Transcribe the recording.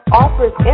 offers